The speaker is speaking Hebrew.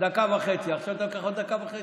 דקה וחצי, ועכשיו אתה לוקח עוד דקה וחצי?